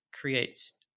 creates